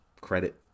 credit